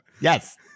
Yes